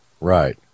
Right